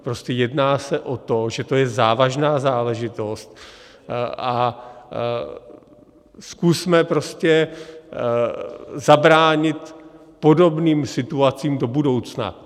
Prostě jedná se o to, že to je závažná záležitost, a zkusme zabránit podobným situacím do budoucna.